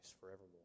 forevermore